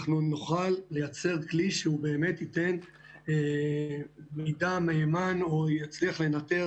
אנחנו נוכל לייצר כלי שבאמת ייתן מידע מהימן או יצליח לנטר